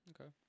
Okay